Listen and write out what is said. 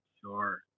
Sure